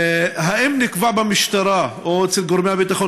1. האם נקבע במשטרה או אצל גורמי הביטחון